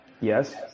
Yes